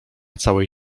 całej